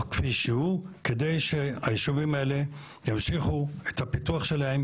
כפי שהוא כדי שהיישובים האלה ימשיכו את הפיתוח שלהם",